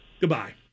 Goodbye